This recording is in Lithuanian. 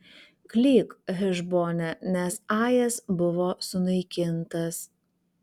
klyk hešbone nes ajas buvo sunaikintas